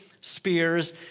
spears